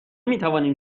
میتوانیم